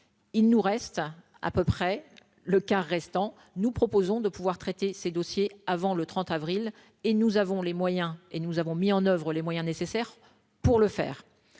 il nous reste à peu près le quart restant, nous proposons de pouvoir traiter ces dossiers avant le 30 avril et nous avons les moyens et nous avons mis en oeuvre les moyens nécessaires pour le faire,